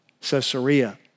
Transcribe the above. Caesarea